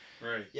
Right